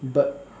but